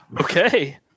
Okay